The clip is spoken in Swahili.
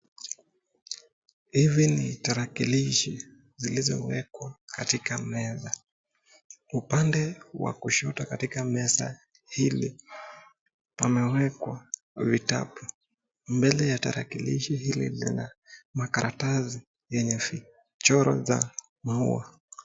Hizi ni tarakilishi zilizowekwa katika meza, upande wa kushoto katika meza hili pamewekwa vitabu, mbele ya tarakilishi hili lina makaratasi yenye vichoro ya maua.